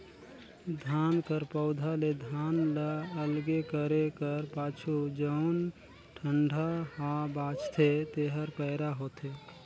धान कर पउधा ले धान ल अलगे करे कर पाछू जउन डंठा हा बांचथे तेहर पैरा होथे